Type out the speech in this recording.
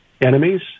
enemies